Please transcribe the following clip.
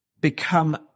become